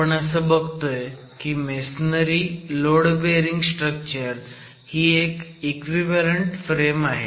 आपण असं बघतोय की मेसनरी लोड बिअरिंग स्ट्रक्चर ही एक इक्विव्हॅलंट फ्रेम आहे